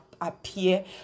appear